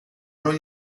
non